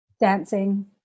Dancing